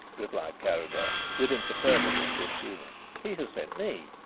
replied carrados, with imperturbable good-humour he has sent me.